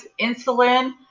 insulin